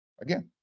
Again